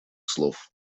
слов